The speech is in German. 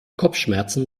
kopfschmerzen